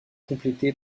complété